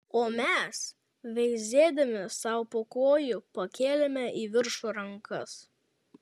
o mes veizėdami sau po kojų pakėlėme į viršų rankas